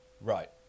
Right